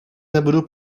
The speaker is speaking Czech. nebudu